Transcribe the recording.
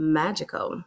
magical